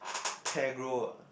pegro ah